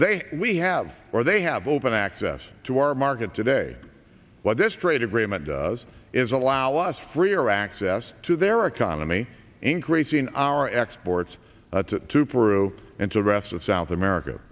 say we have or they have open access to our market today what this trade agreement does is allow us freer access to their economy increasing our exports to peru and to the rest of south america